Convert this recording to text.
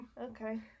Okay